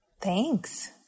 Thanks